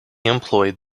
employed